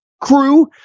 crew